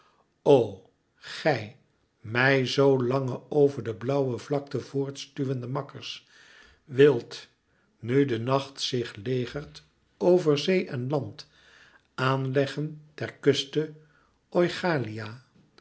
o gij mij zoo lange over de blauwe vlakte voort stuwende makkers wilt nu de nacht zich legert over zee en land aan leggen ter kuste oichalia